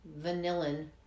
vanillin